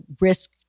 risk